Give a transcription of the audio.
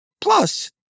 Plus